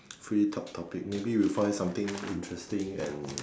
free talk topic maybe we find something interesting and